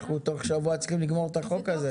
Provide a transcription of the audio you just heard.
אנחנו תוך שבוע צריכים לסיים את החוק הזה.